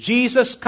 Jesus